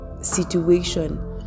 situation